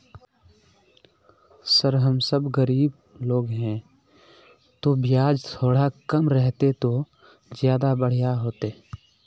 sir हम सब गरीब लोग है तो बियाज थोड़ा कम रहते तो ज्यदा बढ़िया होते